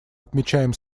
отмечаем